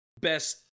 best